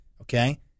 okay